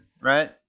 right